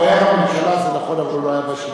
הוא היה בממשלה, זה נכון, אבל הוא לא היה בשלטון.